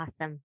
Awesome